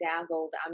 dazzled